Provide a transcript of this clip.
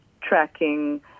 tracking